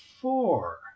four